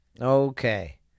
Okay